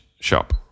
shop